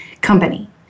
company